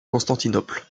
constantinople